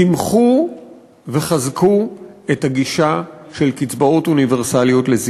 תמכו וחזקו את הגישה של קצבאות זיקנה אוניברסליות.